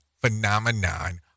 phenomenon